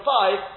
five